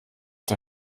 der